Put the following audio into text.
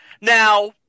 Now